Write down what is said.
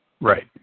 Right